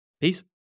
peace